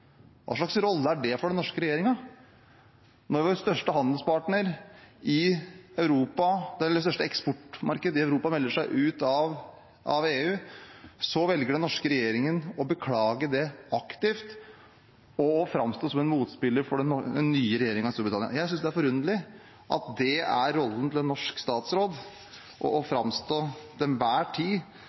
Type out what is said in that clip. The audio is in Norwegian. Hva slags rolle er det for den norske regjeringen, at når det største eksportmarkedet i Europa melder seg ut av EU, velger den norske regjeringen å beklage det aktivt og å framstå som en motspiller for den nye regjeringen i Storbritannia? Jeg synes det er forunderlig at det er rollen til en norsk statsråd til enhver tid å framstå